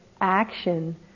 action